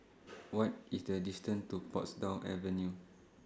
What IS The distance to Portsdown Avenue